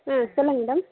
ம் சொல்லுங்கள் மேடம்